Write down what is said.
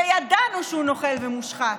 שידענו שהוא נוכל ומושחת.